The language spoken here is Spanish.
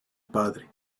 padre